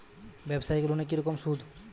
ব্যবসায়িক লোনে কি রকম সুদ?